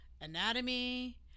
anatomy